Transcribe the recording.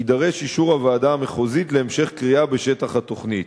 יידרש אישור הוועדה המחוזית להמשך כרייה בשטח התוכנית.